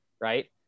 right